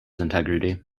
integrity